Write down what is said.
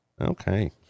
Okay